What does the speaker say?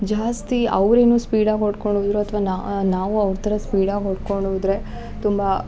ಜಾಸ್ತಿ ಅವ್ರೇನೋ ಸ್ಪೀಡಾಗಿ ಹೊಡ್ಕೊಂಡು ಹೋದರು ಅಥ್ವಾ ನಾವೂ ಅವ್ರ ಥರ ಸ್ಪೀಡಾಗಿ ಹೊಡ್ಕೊಂಡು ಹೋದರೆ ತುಂಬ